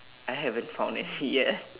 I haven't found it yet